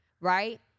right